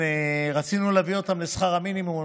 רצינו להביא אותם לשכר המינימום